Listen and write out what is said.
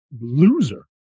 loser